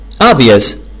Obvious